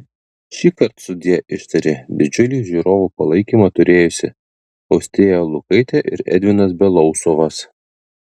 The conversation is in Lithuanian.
šįkart sudie ištarė didžiulį žiūrovų palaikymą turėjusi austėja lukaitė ir edvinas belousovas